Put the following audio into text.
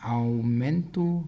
aumento